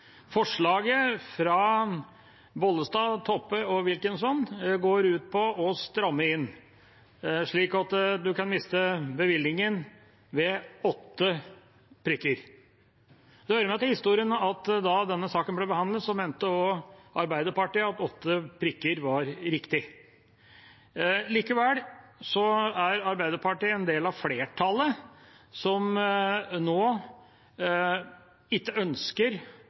Forslaget fra representantene Bollestad, Toppe og Wilkinson går ut på å stramme inn, slik at man kan miste bevillingen ved åtte prikker. Det hører med til historien at da denne saken ble behandlet, mente også Arbeiderpartiet at åtte prikker var riktig. Likevel er Arbeiderpartiet en del av flertallet, som nå ikke ønsker